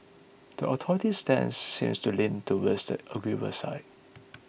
the authorities stance seems to lean towards the agreeable side